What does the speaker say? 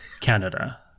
Canada